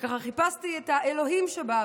ככה חיפשתי את האלוהים שבה,